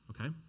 okay